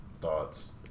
thoughts